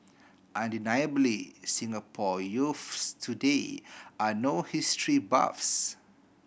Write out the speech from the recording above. undeniably Singapore youths today are no history buffs